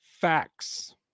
facts